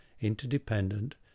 interdependent